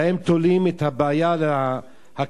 בהם תולים את הבעיה הכלכלית,